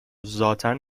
ذاتا